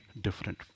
different